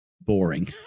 boring